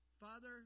Father